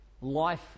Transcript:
life